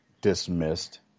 dismissed